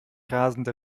rasende